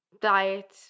diet